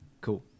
Cool